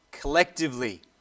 collectively